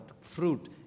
fruit